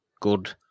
good